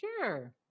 sure